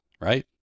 right